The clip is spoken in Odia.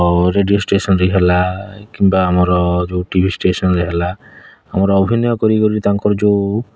ରେଡ଼ିଓ ଷ୍ଟେସନରେ ହେଲା କିମ୍ବା ଆମର ଯେଉଁ ଟି ଭି ଷ୍ଟେସନରେ ହେଲା ଆମର ଅଭିନୟ କାରିଗରୀ ତାଙ୍କର ଯେଉଁ